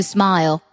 Smile